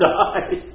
die